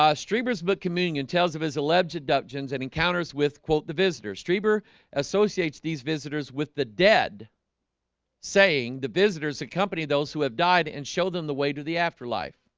um streamer's book communion tells of his alleged abductions and encounters with quote the visitor streamer associates these visitors with the dead saying the visitors accompany those who have died and show them the way to the afterlife